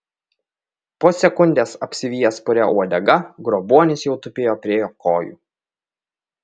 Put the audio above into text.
po sekundės apsivijęs puria uodega grobuonis jau tupėjo prie jo kojų